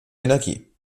energie